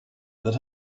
that